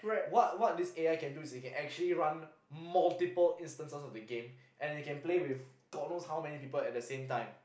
what what this A_I can do is it can actually run multiple instances of the game and it can play with don't know how many people at the same time